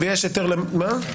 ויש היתר ------ שנייה,